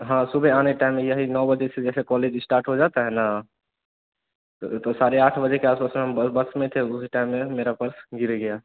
हाँ सुबह के आने टाइम यही नौ बजे से जैसे कॉलेज इस्टार्ट हो जाता है ना तो वह तो साढ़े आठ बजे के आस पास में हम बहुत बस में थे उसी टाइम में मेरा पर्स गिर गया